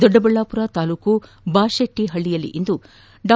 ದೊಡ್ಡಬಳ್ಳಾಪುರ ತಾಲೂಕು ಬಾಶೆಟ್ಟಿಹಳ್ಳಿಯಲ್ಲಿಂದು ಡಾ